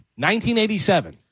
1987